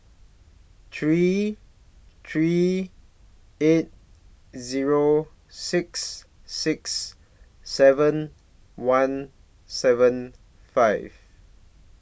three three eight Zero six six seven one seven five